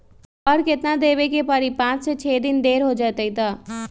और केतना देब के परी पाँच से छे दिन देर हो जाई त?